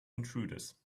intruders